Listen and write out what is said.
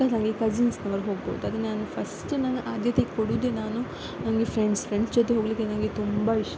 ಅಕ್ಕ ತಂಗಿ ಕಸಿನ್ಸ್ನವರು ಹೋಗ್ಬೋದು ಅದು ನಾನು ಫಸ್ಟ್ ನಾನು ಆದ್ಯತೆ ಕೊಡುವುದೇ ನಾನು ನನಗೆ ಫ್ರೆಂಡ್ಸ್ ಫ್ರೆಂಡ್ಸ್ ಜೊತೆ ಹೋಗಲಿಕ್ಕೆ ನನಗೆ ತುಂಬ ಇಷ್ಟ